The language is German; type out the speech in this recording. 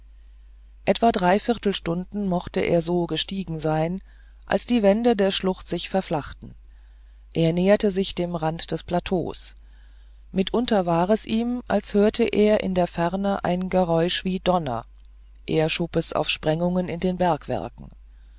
etwa dreiviertel stunden mochte er so gestiegen sein als die wände der schlucht sich verflachten er näherte sich dem rand des plateaus mitunter war es ihm als höre er in der ferne ein geräusch wie donner er schob es auf sprengungen in den